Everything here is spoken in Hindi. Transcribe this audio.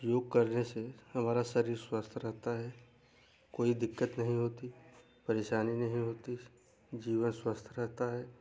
योग करने से हमारा शरीर स्वस्थ रहता है कोई दिक्कत नहीं होती परेशानी नहीं होती जीवन स्वस्थ रहता है